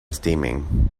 steaming